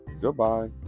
goodbye